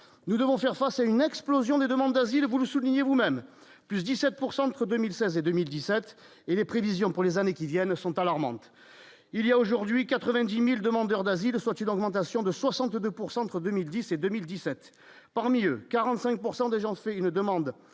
nous devons faire face à une explosion des demandes d'asile vous le soulignez vous-même plus 17 pourcent entre 2016 et 2017 et les prévisions pour les années qui viennent sont alarmantes : il y a aujourd'hui 90000 demandeurs d'asile, soit une augmentation de 62 pourcent pour 2010 et 2017, parmi eux, 45 pourcent des gens ont fait une demande